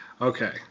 Okay